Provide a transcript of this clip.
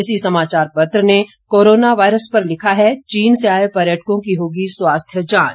इसी समाचार पत्र ने कोरोना वायरस पर लिखा है चीन से आए पर्यटकों की होगी स्वास्थ्य जांच